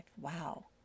Wow